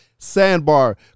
Sandbar